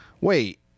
wait